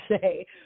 say